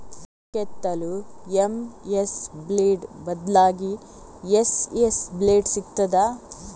ಬೊಂಡ ಕೆತ್ತಲು MS blade ಬದ್ಲಾಗಿ ಎಸ್.ಎಸ್ ಬ್ಲೇಡ್ ಸಿಕ್ತಾದ?